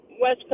west